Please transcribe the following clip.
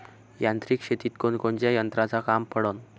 यांत्रिक शेतीत कोनकोनच्या यंत्राचं काम पडन?